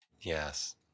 Yes